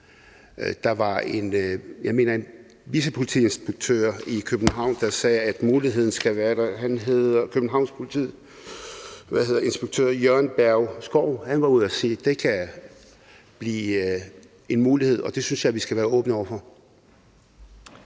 der var en vicepolitiinspektør i Københavns Politi, der sagde, at muligheden skal være der. Han hedder Jørgen Berg Skov, og han var ude at sige, at det kan blive en mulighed, og det synes jeg vi skal være åbne over for.